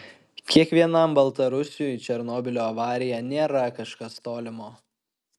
kiekvienam baltarusiui černobylio avarija nėra kažkas tolimo